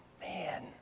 man